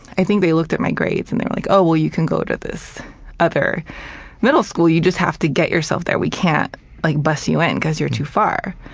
i think they looked at my grades, and they were like, oh, well you can go to this other middle school. you just have to get yourself there. we can't like bus you in because you're too far.